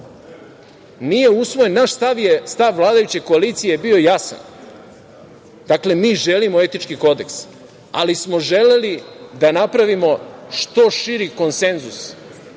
Nije usvojen. Naš stav, stav vladajuće koalicije je bio jasan, dakle, mi želimo etički kodeks, ali smo želeli da napravimo što širi konsenzus,